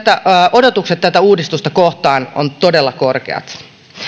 odotukset tätä uudistusta kohtaan ovat todella korkeat